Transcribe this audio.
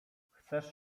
chcesz